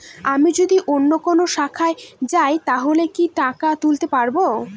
আমি যদি অন্য কোনো শাখায় যাই তাহলে কি টাকা তুলতে পারব?